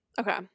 okay